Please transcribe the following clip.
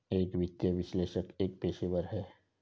एक वित्तीय विश्लेषक एक पेशेवर है